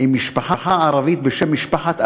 עם משפחה ערבית בשם משפחת אלוחישי,